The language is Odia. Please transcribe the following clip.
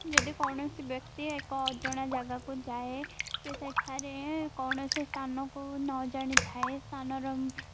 ଯଦି କୌଣସି ବ୍ୟକ୍ତି ଏକ ଅଜଣା ଜାଗାକୁ ଯାଏ ସେ ସେଠାରେ କୌଣସି ସ୍ଥାନକୁ ନ ଜାଣି ଥାଏ ସ୍ଥାନର